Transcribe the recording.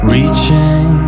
Reaching